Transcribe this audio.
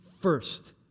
first